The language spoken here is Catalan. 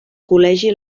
col·legi